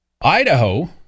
Idaho